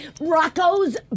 Rocco's